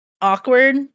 awkward